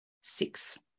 six